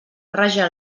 raja